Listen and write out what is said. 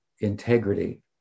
integrity